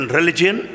religion